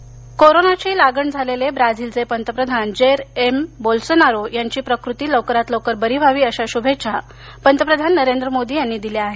बोलसेरो कोरोनाची लागण झालेले ब्राझीलचे पंतप्रधान जेर एम बोल्सोनारो यांची प्रकृती लवकरात लवकर बरी व्हावी अशा शुभेच्छा भारताचे पंतप्रधान नरेंद्र मोदी यांनी दिल्या आहेत